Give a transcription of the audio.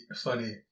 funny